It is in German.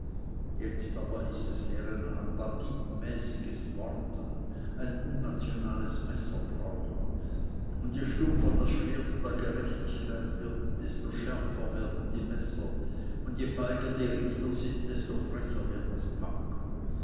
jetzt aber ist es mehr ein banditenmäßiges morden ein unnationales messerbrauchen und je stumpfer das schwert der gerechtigkeit wird desto schärfer werden die messer und je feiger die richter sind desto frecher wird das pack